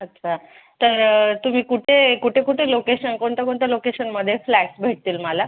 अच्छा तर तुम्ही कुठे कुठे कुठे लोकेशन कोणत्या कोणत्या लोकेशनमध्ये फ्लॅटस् भेटतील मला